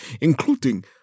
including